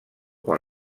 quan